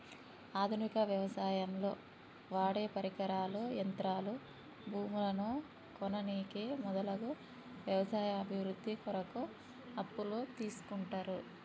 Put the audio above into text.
ఆధునిక వ్యవసాయంలో వాడేపరికరాలు, యంత్రాలు, భూములను కొననీకి మొదలగు వ్యవసాయ అభివృద్ధి కొరకు అప్పులు తీస్కుంటరు